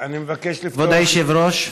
כבוד היושב-ראש,